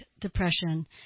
depression